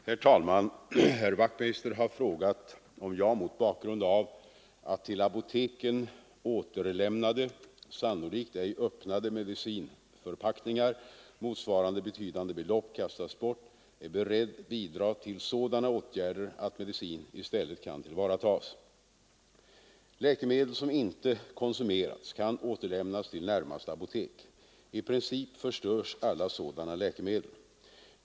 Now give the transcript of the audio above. Herr talman! Herr Wachtmeister i Staffanstorp har frågat om jag, mot bakgrund av att till apoteken återlämnade, sannolikt ej öppnade medicinförpackningar motsvarande betydande belopp kastas bort, är beredd bidra till sådana åtgärder att medicinen i stället kan tillvaråtas. Läkemedel som inte konsumerats kan återlämnas till närmaste apotek. I princip förstörs alla sådana läkemedel.